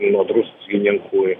nuo druskininkų